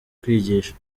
kwigisha